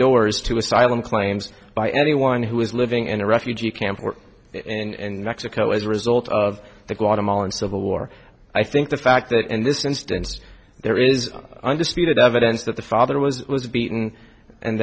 doors to asylum claims by anyone who is living in a refugee camp and mexico as a result of the guatemalan civil war i think the fact that in this instance there is undisputed evidence that the father was was beaten and